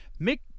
Mick